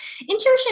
Intuition